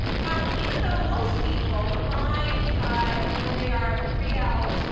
now, even though most people arrive when they are three ls,